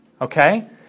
Okay